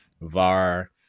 VAR